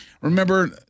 remember